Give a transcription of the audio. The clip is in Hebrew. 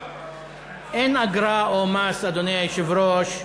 אין אגרה או מס, אדוני היושב-ראש,